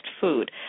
food